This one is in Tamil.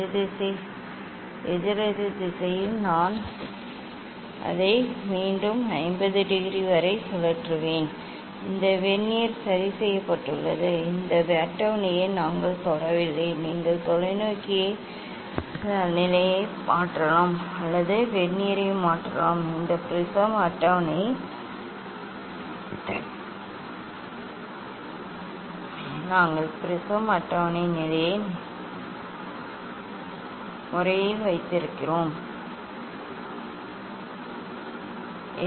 எதிரெதிர் திசையில் நான் அதை மீண்டும் 50 டிகிரி வரை சுழற்றுவேன் இந்த வெர்னியர் சரி செய்யப்பட்டது இந்த அட்டவணையை நாங்கள் தொடவில்லை நீங்கள் தொலைநோக்கி நிலையை மாற்றலாம் அல்லது வெர்னியரை மாற்றலாம் இந்த ப்ரிஸம் அட்டவணை நிலையை நாங்கள் ப்ரிஸம் அட்டவணை நிலையை நிலையான முறையில் வைத்திருக்கிறோம் வெர்னியர் சரி செய்யப்பட்டது